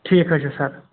ٹھیٖک حظ چھُ سَر